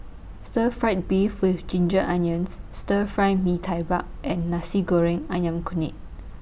Stir Fried Beef with Ginger Onions Stir Fry Mee Tai Buck and Nasi Goreng Ayam Kunyit